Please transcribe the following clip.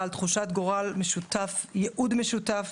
בעל תחושת גורל משותף וייעוד משותף,